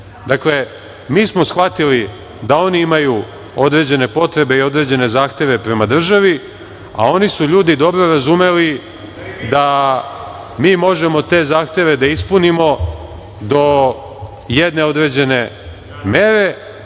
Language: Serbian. udruženja. Mi smo shvatili da oni imaju određene potrebe i određene zahteve prema državi, a oni su ljudi dobro razumeli da mi možemo te zahteve da ispunimo do jedne određene mere,